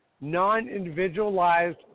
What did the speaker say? non-individualized